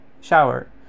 shower